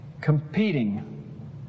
competing